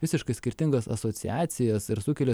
visiškai skirtingas asociacijas ir sukelia